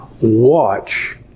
Watch